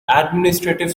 administrative